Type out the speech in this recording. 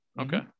Okay